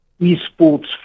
esports